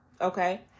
okay